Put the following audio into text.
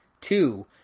two